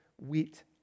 wheat